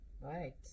Right